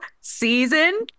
season